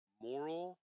moral